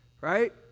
right